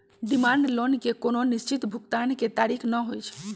demand loan के कोनो निश्चित भुगतान के तारिख न होइ छइ